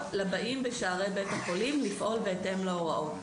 לבאים בשערי בית החולים לפעול בהתאם להוראות.